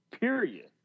Period